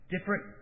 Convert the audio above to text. different